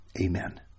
amen